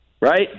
right